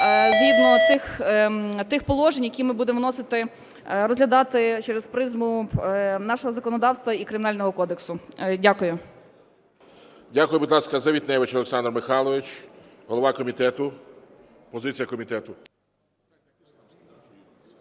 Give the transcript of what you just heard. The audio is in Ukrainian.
згідно тих положень, які ми будемо вносити, розглядати через призму нашого законодавства і Кримінального кодексу. Дякую. ГОЛОВУЮЧИЙ. Дякую. Будь ласка, Завітневич Олександр Михайлович, голова комітету. Позиція комітету.